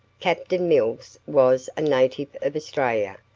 captain mills was a native of australia,